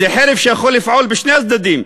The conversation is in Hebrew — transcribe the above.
זו חרב שיכולה לפעול בשני הצדדים.